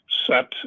set